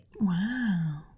Wow